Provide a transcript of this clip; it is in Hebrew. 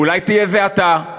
אולי תהיה זה אתה?